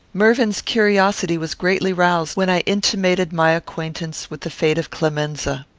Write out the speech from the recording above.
mervyn's curiosity was greatly roused when i intimated my acquaintance with the fate of clemenza.